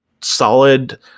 solid